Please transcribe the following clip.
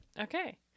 okay